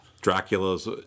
Dracula's